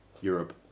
Europe